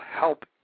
help